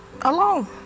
alone